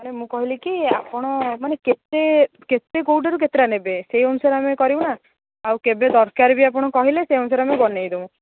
ମାନେ ମୁଁ କହିଲି କି ଆପଣ ମାନେ କେତେ କେତେ କେଉଁଥିରୁ କେତେଟା ନେବେ ସେଇ ଅନୁସାରେ ଆମେ କରିବୁ ନା ଆଉ କେବେ ଦରକାର ବି ଆପଣ କହିଲେ ସେଇ ଅନୁସାରେ ଆମେ ବନେଇଦେବୁ